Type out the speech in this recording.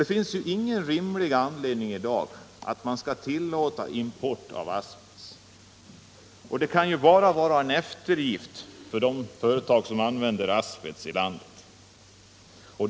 Det finns ju ingen rimlig anledning att tillåta import av asbest, det kan bara vara en eftergift för de företag i landet som använder asbest.